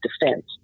defense